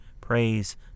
Praise